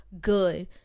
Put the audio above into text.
good